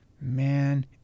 man